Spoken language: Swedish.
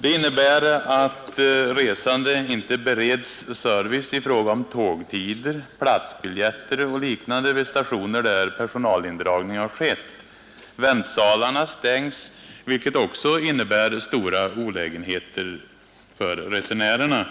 Det innebär att resande inte bereds service i fråga om tågtider, platsbiljetter och liknande vid stationer, där personalindragning har skett. Väntsalarna stängs, vilket också innebär stora olägenheter för resenärerna.